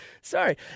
sorry